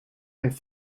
heeft